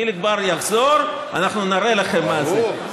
חיליק בר יחזור, אנחנו נראה לכם מה זה, ברור.